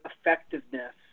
effectiveness